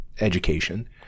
education